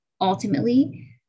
Ultimately